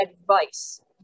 advice